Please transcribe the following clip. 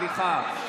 סליחה,